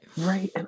Right